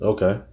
Okay